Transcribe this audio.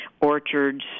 orchards